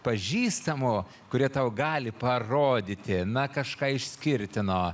pažįstamų kurie tau gali parodyti na kažką išskirtino